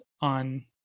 on